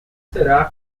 será